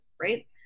right